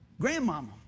grandmama